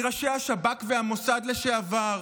מראשי השב"כ והמוסד לשעבר?